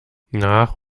nach